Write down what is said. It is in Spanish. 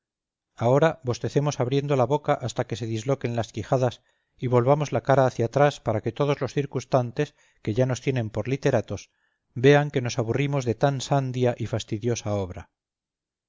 ahora bostecemos abriendo la boca hasta que se disloquen las quijadas y volvamos la cara hacia atrás para que todos los circunstantes que ya nos tienen por literatos vean que nos aburrimos de tan sandia y fastidiosa obra